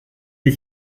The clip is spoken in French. des